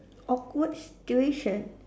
awkward situation